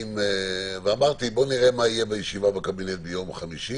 חשבתי שנראה מה יהיה בישיבה בקבינט ביום חמישי